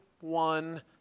one